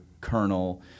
colonel